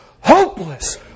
hopeless